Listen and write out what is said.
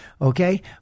Okay